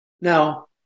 Now